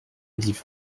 liv